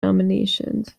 nominations